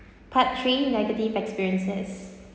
part three negative experiences